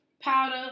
powder